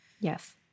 Yes